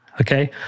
okay